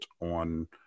on